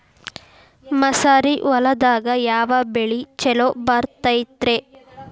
ಮಸಾರಿ ಹೊಲದಾಗ ಯಾವ ಬೆಳಿ ಛಲೋ ಬರತೈತ್ರೇ?